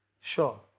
sure